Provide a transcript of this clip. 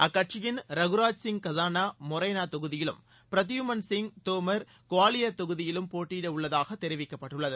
அக்கட்சியின் ரகுராஜ்சிங் கசானா மொரேனா தொகுதியிலும் பிரதியுமன் சிங் தோமர் குவாலியர் தொகுதியிலும் போட்டியிட உள்ளதாக தெரிவிக்கப்பட்டுள்ளது